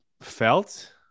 felt